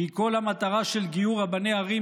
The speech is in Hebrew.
כי כל המטרה של גיור רבני ערים,